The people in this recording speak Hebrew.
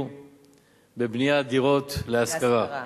למוסדיים שישקיעו בבניית דירות להשכרה להשכרה.